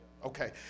Okay